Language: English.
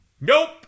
nope